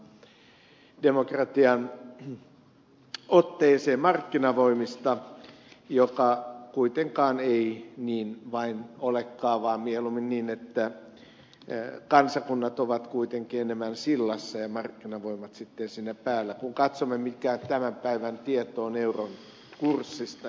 saarisenkin mainitsemaan demokratian otteeseen markkinavoimista joka kuitenkaan ei niin vain olekaan vaan mieluummin niin että kansakunnat ovat kuitenkin enemmän sillassa ja markkinavoimat sitten siinä päällä kun katsomme mikä tämän päivän tieto on euron kurssista esimerkiksi